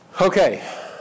Okay